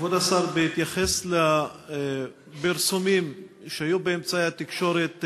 כבוד השר, בהתייחס לפרסומים שהיו באמצעי התקשורת,